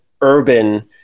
Urban